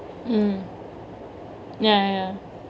mm ya ya